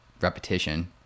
repetition